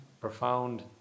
profound